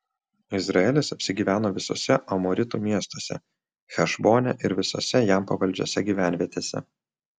izraelis apsigyveno visuose amoritų miestuose hešbone ir visose jam pavaldžiose gyvenvietėse